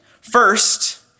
First